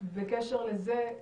בקשר לזה,